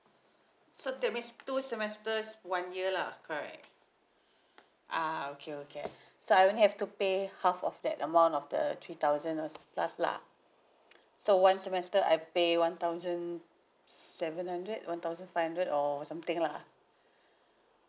so that means two semesters one year lah correct ah okay okay so I only have to pay half of that amount of the three thousand or plus lah so one semester I pay one thousand seven hundred one thousand five hundred or something lah